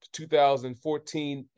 2014